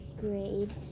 grade